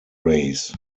rays